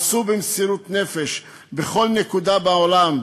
עשו במסירות נפש בכל נקודה בעולם,